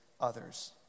others